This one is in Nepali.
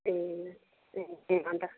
ए त्यही त्यही अन्त